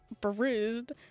bruised